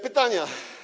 Pytania.